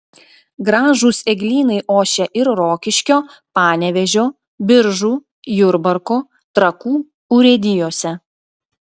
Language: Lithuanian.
gražūs eglynai ošia ir rokiškio panevėžio biržų jurbarko trakų urėdijose